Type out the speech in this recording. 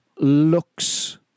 looks